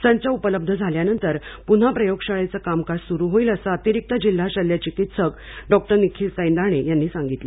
संच उपलब्ध झाल्यानंतर पुन्हा प्रयोगशाळेचं कामकाज सुरू होईल असं अतिरिक्त जिल्हा शल्य चिकित्सक डॉक्टर निखील सैंदाणे यांनी सांगितलं